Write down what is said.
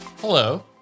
Hello